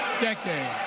decade